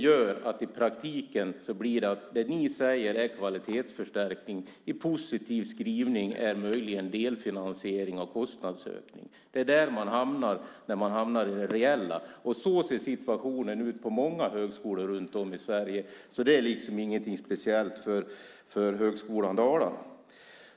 I praktiken blir det så att det ni säger är att kvalitetsförstärkning möjligen, med en positiv skrivning, är delfinansiering av kostnadsökningar. Där hamnar man i det reella. Så ser situationen ut på många högskolor i Sverige. Det är inte något speciellt för Högskolan Dalarna.